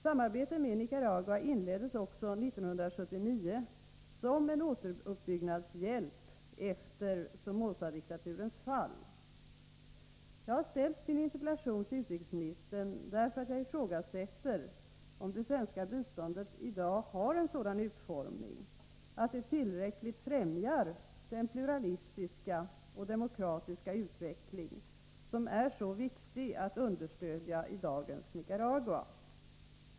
Samarbetet med Nicaragua inleddes också 1979 som en återuppbyggnadshjälp efter Somozadiktaturens fall. Jag har ställt min interpellation till utrikesministern, därför att jag ifrågasätter om det svenska biståndet i dag har en sådan utformning att det tillräckligt ffrämjar den pluralistiska och demokratiska utveckling som är så viktig att understödja i dagens Nicaragua.